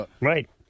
Right